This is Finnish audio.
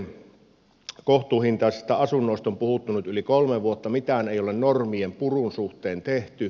kohtuuhintaisista asunnoista on puhuttu nyt yli kolme vuotta mitään ei ole normien purun suhteen tehty